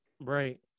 right